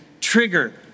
trigger